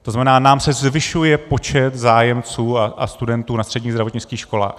To znamená, nám se zvyšuje počet zájemců a studentů na středních zdravotnických školách.